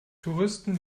touristen